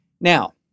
Now